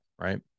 right